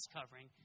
covering